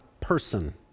person